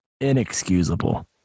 inexcusable